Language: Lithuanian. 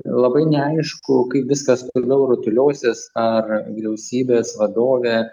labai neaišku kaip viskas toliau rutuliosis ar vyriausybės vadovė